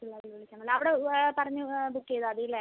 അവിടെ പറഞ്ഞ് ബുക്ക് ചെയ്താൽ മതി അല്ലെ